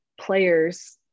players